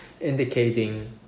indicating